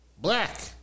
black